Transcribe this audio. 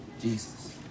Jesus